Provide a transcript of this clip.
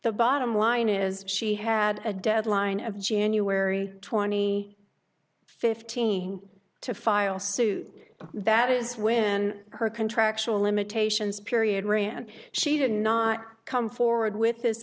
the bottom line is she had a deadline of january twenty fifth to file suit that is when her contractual limitations period ran she did not come forward with this